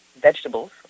vegetables